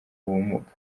ubumuga